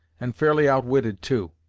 and fairly outwitted, too.